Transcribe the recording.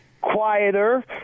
quieter